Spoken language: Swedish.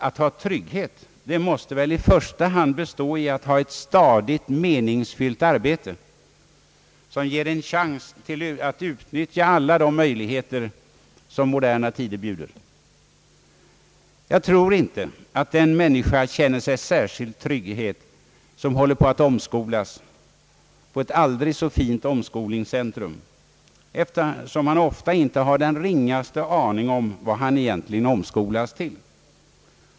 Att ha trygghet — det måste väl i första hand bestå i att ha ett stadigt meningsfyllt arbete, som ger en chans att utnyttja alla de möjligheter som moderna tider erbjuder. Jag tror inte att den människa känner särskilt mycket trygghet som håller på att omskolas — på ett aldrig så fint omskolningscentrum — eftersom hon så ofta inte har den ringaste aning om vad hon egentligen omskolas till.